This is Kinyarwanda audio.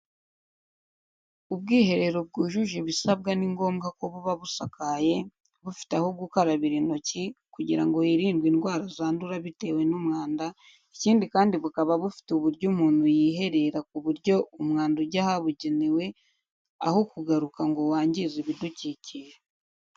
Ubwiherero bwujuje ibisabwa ni ngombwa ko buba busakaye, bufite aho gukarabira intoki kugira ngo hirindwe indwara zandura bitewe n’umwanda, ikindi kandi bukaba bufite uburyo umuntu yiherera ku buryo umwanda ujya ahabugenewe, aho kugaruka ngo wangize ibidukikije.